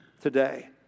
today